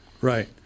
right